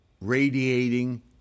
radiating